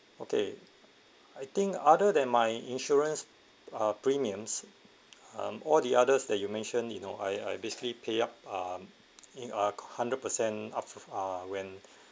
okay I think other than my insurance uh premiums um all the others that you mention you know I I basically pay up um in ah a hundred per cent up uh when